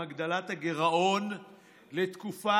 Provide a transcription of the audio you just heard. עם הגדלת הגירעון לתקופה,